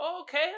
okay